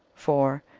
for,